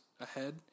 ahead